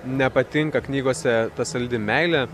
nepatinka knygose ta saldi meilė